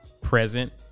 present